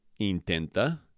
intenta